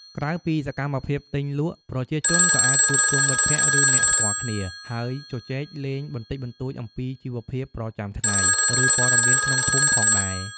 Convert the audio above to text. ក្រៅពីសកម្មភាពទិញលក់ ប្រជាជនក៏អាចជួបជុំមិត្តភក្តិ ឬអ្នកស្គាល់គ្នា ហើយជជែកលេងបន្តិចបន្តួចអំពីជីវភាពប្រចាំថ្ងៃ ឬព័ត៌មានក្នុងភូមិផងដែរ។